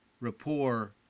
rapport